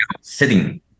sitting